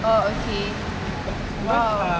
oh okay !wow!